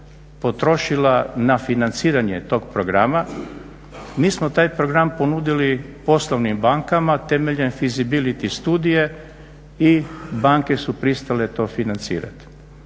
potrošila na financiranje tog programa mi smo taj program ponudili poslovnim bankama temeljem feasibility stutije i banke su pristale to financirati.